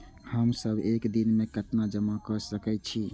हम सब एक दिन में केतना जमा कर सके छी?